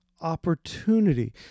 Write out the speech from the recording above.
opportunity